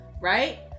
right